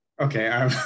Okay